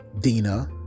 Dina